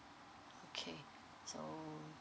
okay so